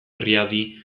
riadi